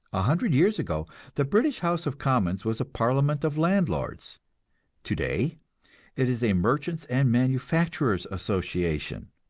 a hundred years ago the british house of commons was a parliament of landlords today it is a merchants' and manufacturers' association.